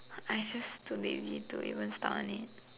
I just too lazy to even start on it